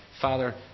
Father